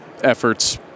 efforts